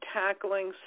tackling